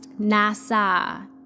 Nasa